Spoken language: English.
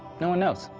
no one knows.